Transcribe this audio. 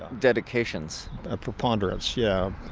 dedications ah preponderance, yeah.